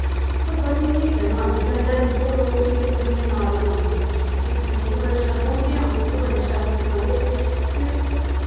उत्थें बड़ी स्हेई जगह् आंदी जंदे दिक्खो लोक इ'न्ने बड्डे बड्डे नाले आंदे दिक्खने ई बड़े शैल बूह्टे औंदे उत्थै बड़े शैल दिक्खने आह्ले फिर